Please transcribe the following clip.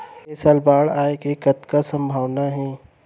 ऐ साल बाढ़ आय के कतका संभावना हे?